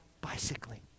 bicycling